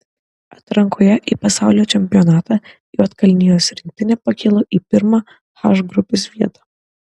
atrankoje į pasaulio čempionatą juodkalnijos rinktinė pakilo į pirmą h grupės vietą